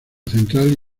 central